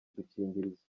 udukingirizo